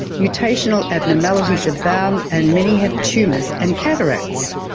mutational abnormalities abound and many have tumours and cataracts.